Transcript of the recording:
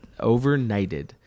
Overnighted